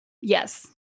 Yes